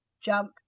jump